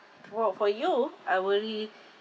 for for you I worry